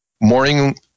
morning